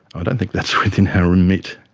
i don't think that's within our remit.